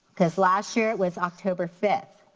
cause last year it was october fifth.